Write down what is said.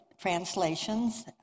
translations